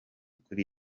kuri